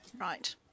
Right